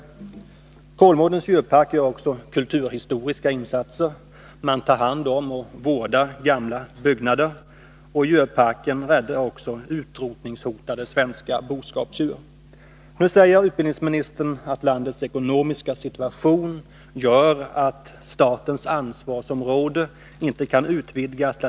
I djurparken visas inte enbart djur, utan där bedrivs också omfattande utbildning och forskning. Djurparken är alltså en riksangelägenhet. Landets djurparker finansierar själva större delen av sin verksamhet. Vissa bidrag utgår emellertid från kommuner och landsting.